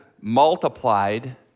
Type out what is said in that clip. multiplied